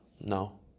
no